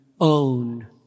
own